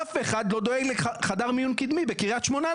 אף אחד לא דואג לחדר מיון קדמי בקריית שמונה,